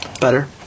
Better